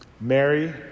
Mary